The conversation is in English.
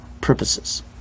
purposes